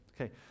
okay